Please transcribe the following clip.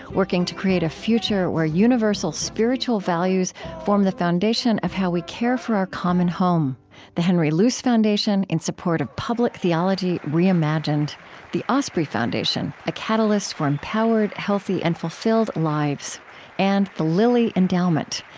working to create a future where universal spiritual values form the foundation of how we care for our common home the henry luce foundation, in support of public theology reimagined the osprey foundation a catalyst for empowered, healthy, and fulfilled lives and the lilly endowment,